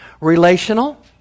Relational